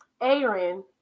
Aaron